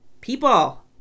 People